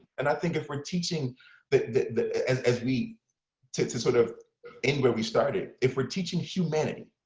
and i think if we're teaching but as as we to to sort of end where we started, if we're teaching humanity,